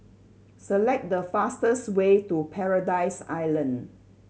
select the fastest way to Paradise Island